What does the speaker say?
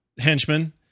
henchmen